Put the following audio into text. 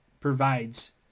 provides